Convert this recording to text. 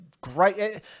great